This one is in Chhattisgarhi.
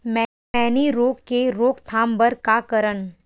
मैनी रोग के रोक थाम बर का करन?